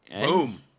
boom